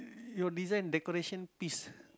your design decoration piece